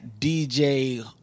DJ